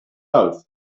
out